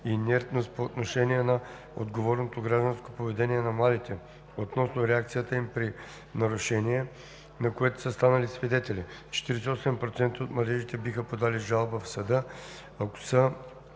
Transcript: и инертност по отношение на отговорното гражданско поведение на младите относно реакцията им при нарушение, на което са станали свидетели. 48% от младежите биха подали жалба в съда, ако са